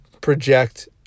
project